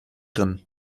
drin